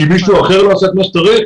כי מישהו אחר לא עשה את מה שצריך?